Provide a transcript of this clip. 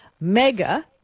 Mega